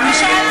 יש לו עוד דקה.